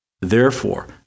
Therefore